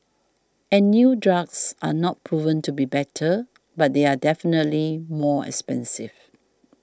and new drugs are not proven to be better but they are definitely more expensive